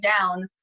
down